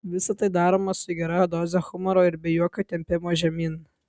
visa tai daroma su gera doze humoro ir be jokio tempimo žemyn